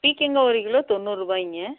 பீர்க்கங்கா ஒரு கிலோ தொண்ணூறுரூபாய்ங்க